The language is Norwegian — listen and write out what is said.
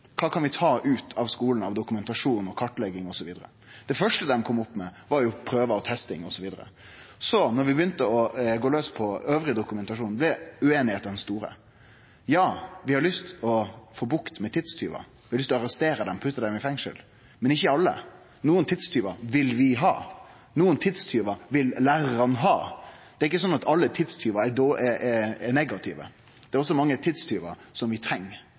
kva kan vi ta ut av skolen av dokumentasjon, kartlegging osv.? Det første dei kom opp med, var prøver og testing osv. Når vi begynte å gå laus på annan dokumentasjon, blei ueinigheita stor: Ja, vi har lyst til å få bukt med tidstjuvane, vi har lyst til å arrestere dei og putte dei i fengsel. Men ikkje alle – nokre tidstjuvar vil vi ha. Nokre tidstjuvar vil lærarane ha. Det er ikkje sånn at alle tidstjuvar er negative, det er også mange tidstjuvar som vi treng